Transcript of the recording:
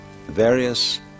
various